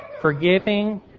forgiving